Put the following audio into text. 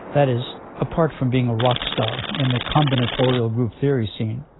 that is apart from being a rockstar in the combinatorial group theory scene,